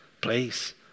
place